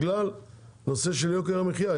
בגלל הנושא של יוקר המחיה.